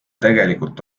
tegelikult